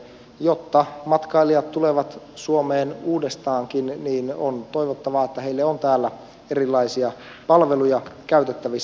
jotta matkailijat tulevat suomeen uudestaankin niin on toivottavaa että heille on täällä erilaisia palveluja käytettävissä